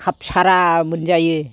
कापसारा मोनजायो